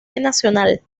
nacional